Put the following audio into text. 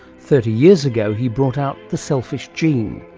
thirty years ago he brought out the selfish gene.